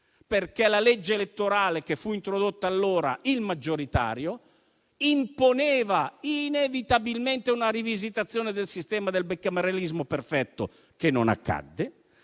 crisi. La legge elettorale che fu introdotta allora - con il sistema maggioritario - imponeva inevitabilmente una rivisitazione del sistema del bicameralismo perfetto, che non accadde;